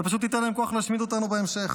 זה פשוט ייתן להם כוח להשמיד אותנו בהמשך.